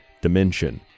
dimension